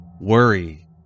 worry